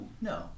no